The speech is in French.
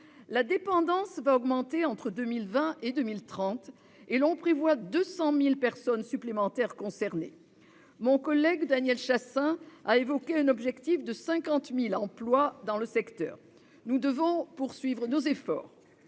La dépendance progressera entre 2020 et 2030 : selon les prévisions, 200 000 personnes supplémentaires seront concernées. Mon collègue Daniel Chasseing a évoqué un objectif de 50 000 emplois dans ce secteur. Nous devons poursuivre nos efforts.